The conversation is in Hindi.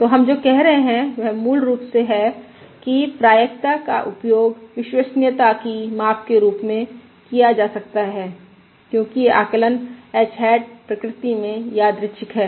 तो हम जो कह रहे हैं वह मूल रूप से है कि प्रायिकता का उपयोग विश्वसनीयता की माप के रूप में उपयोग किया जा सकता है क्योंकि आकलन h हैट प्रकृति में यादृच्छिक है